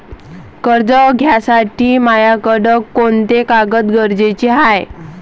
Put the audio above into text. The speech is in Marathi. कर्ज घ्यासाठी मायाकडं कोंते कागद गरजेचे हाय?